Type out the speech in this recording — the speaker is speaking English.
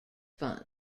funds